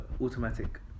Automatic